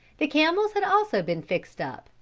the camels had also been fixed up,